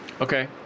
Okay